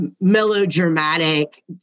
melodramatic